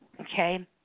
Okay